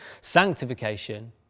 Sanctification